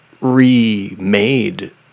remade